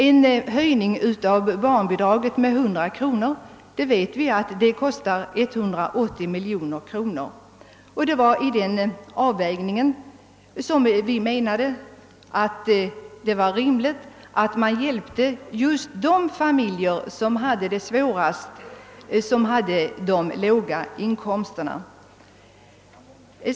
En höjning av barnbidraget med 100 kronor kostar 180 miljoner kronor, det vet vi. Det var vid avvägningen härvidlag som vi ansåg att det var rimligt att hjälpa just de familjer som hade det svårast och som hade de låga inkomsterna.